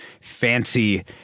fancy